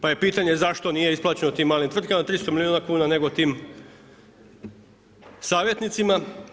Pa je pitanje zašto nije isplaćeno tim malim tvrtkama, 300 milijuna kuna nego tim savjetnicima.